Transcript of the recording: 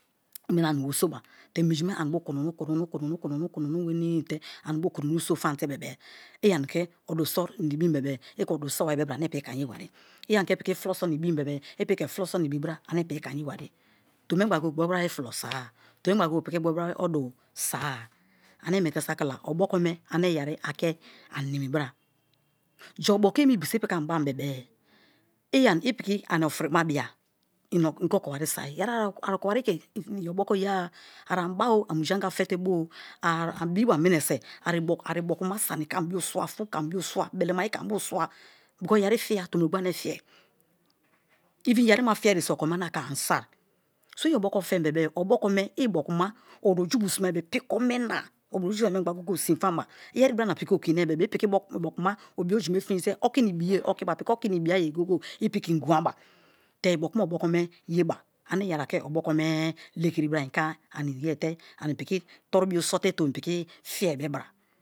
I meni ani werisoba te minji me ani bo kumunu wenii te ani bu ke odu so̱ famte bebe-e i̱ ani ke odu sona ibim bebe i ke odu so bari bra ane ipiki ani-yewere, i ani ke piki fulo so na ibim bebe i ke fulo so bari bra ane ipikike aniyewarie, tominegba goye goye gboruba ba fulo so-a, tomimengba goye-goye piki gboruba be odu so-a ane miete sakila obokome ane yeri ake animibraa jai oboko emi bise i piki ani bambebe-e i̱ piki ani oferimabia i ke okowari soi yeri a okowari ke iyoboko yea-a aniba-o amujega fetebo-o a bịi̱-ba miries o a ibiokuma sani ke anibio swa fun ke anibio swa, belemaye ke anibo swa. Because yeri fiya tom inaogbo ane fige even yerima fiye ye so okome ana ke ani sio. Sõ i oboko fem bebe-e obokome õrõ-ju bio simai be̱ pi̱ko̱ me na oro-ju simai bo ayi mengba sinfaba. Iyeri brana piki okeni-be be i piki ibiokuma ojume finjite o̱ki̱na-ibiye okiba piki okina ibiya ye goye-goye i piki ke ingumaba te ibiokuma o̱ko̱kome yeba ane yeri ake obokome lekiribra i ke aniyete ani piki torubiõ so̱te tõmi piki fiye-bebra